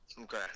Okay